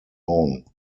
own